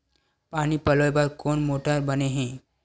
पानी पलोय बर कोन मोटर बने हे?